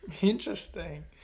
Interesting